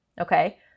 okay